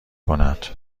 کند